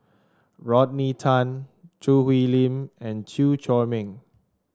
Rodney Tan Choo Hwee Lim and Chew Chor Meng